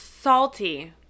Salty